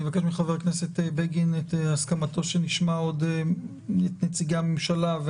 אבקש מחבר הכנסת בגין את הסכמתו שנשמע קודם את נציגי הממשלה.